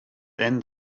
then